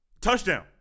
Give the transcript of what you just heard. Touchdown